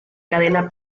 cadena